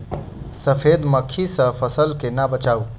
सफेद मक्खी सँ फसल केना बचाऊ?